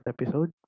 episode